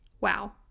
wow